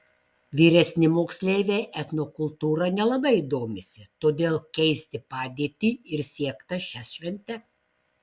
vyresni moksleiviai etnokultūra nelabai domisi todėl keisti padėtį ir siekta šia švente